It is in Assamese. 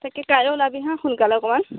তাকে কাইলে ওলাবি হা সোনকালে অকণমান